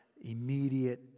immediate